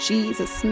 Jesus